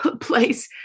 place